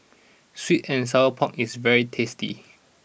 Sweet and Sour Pork is very tasty